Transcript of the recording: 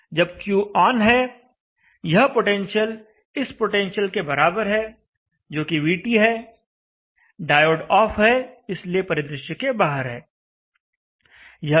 जब Q on है यह पोटेंशियल इस पोटेंशियल के बराबर है जो कि VT है डायोड ऑफ है इसलिए परिदृश्य के बाहर है